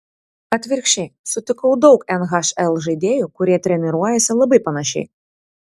atvirkščiai sutikau daug nhl žaidėjų kurie treniruojasi labai panašiai